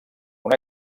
una